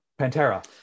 Pantera